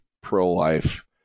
pro-life